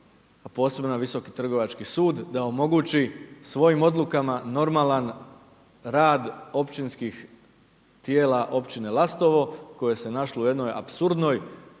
a posebno na Visoki trgovački sud da omogući svojim odlukama normalan rad općinskih tijela općine Lastovo koje se našlo u jednoj apsurdnoj